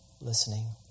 listening